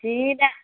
जि दाम